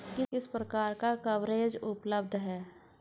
किस प्रकार का कवरेज उपलब्ध है?